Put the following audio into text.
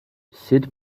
sid